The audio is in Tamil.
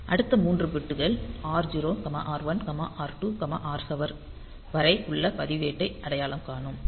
அடுத்த மூன்று பிட்கள் r0 r1 r2 r7 வரை உள்ள பதிவேட்டை அடையாளம் காணும்